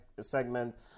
segment